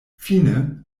fine